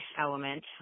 element